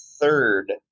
third